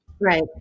right